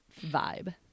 vibe